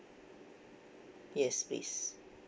yes please